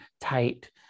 tight